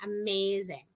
amazing